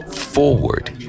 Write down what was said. forward